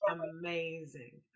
Amazing